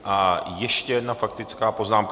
A ještě jedna faktická poznámka.